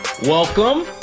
Welcome